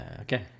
Okay